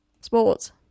sports